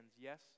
Yes